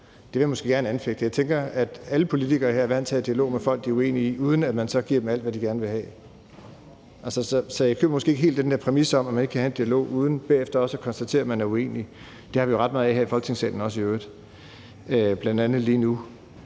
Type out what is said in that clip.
Det vil jeg måske gerne anfægte. Jeg tænker, at alle politikere her er vant til at have en dialog med folk, de er uenige med, uden at man så giver dem alt, hvad de gerne vil have. Så jeg køber måske ikke helt den der præmis om, at man ikke kan have en dialog uden bagefter også at konstatere, at man er uenig. Det har vi i øvrigt også ret meget af her i Folketingssalen, bl.a. lige nu.